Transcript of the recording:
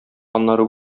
аннары